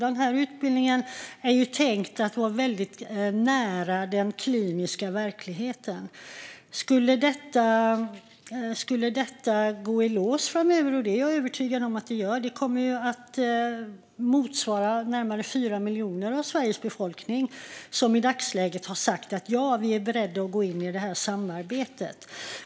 Denna utbildning är tänkt att vara väldigt nära den kliniska verkligheten. Skulle detta gå i lås framöver, vilket jag är övertygad om att det kommer att göra, kommer de att motsvara närmare 4 miljoner av Sveriges befolkning som i dagsläget har sagt att man är beredd att gå in i detta samarbete.